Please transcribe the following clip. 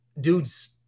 dude's